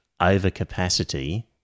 overcapacity